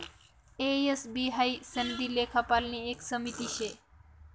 ए, S, B हाई सनदी लेखापालनी एक समिती शे